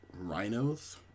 Rhinos